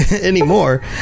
anymore